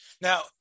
Now